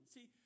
See